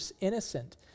innocent